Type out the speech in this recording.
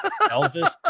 Elvis